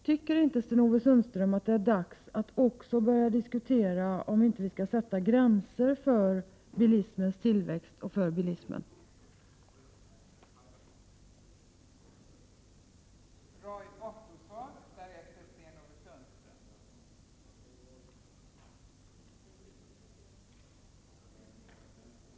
Tycker inte Sten-Ove Sundström att det är dags att börja diskutera också om vi inte skall sätta gränser för bilismens tillväxt och för 159 bilismen?